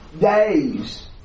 days